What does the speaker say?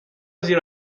زیر